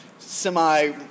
Semi